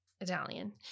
Italian